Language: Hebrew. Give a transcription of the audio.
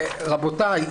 רבותיי,